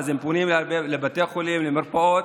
ואז הם פונים לבתי החולים ולמרפאות,